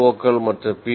ஓக்கள் மற்றும் பி